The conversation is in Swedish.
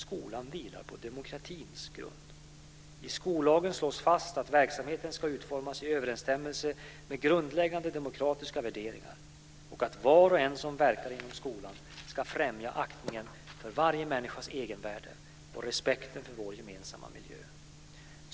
Skolan vilar på demokratins grund. I skollagen slås fast att verksamheten ska utformas i överensstämmelse med grundläggande demokratiska värderingar och att var och en som verkar inom skolan ska främja aktningen för varje människas egenvärde och respekten för vår gemensamma miljö.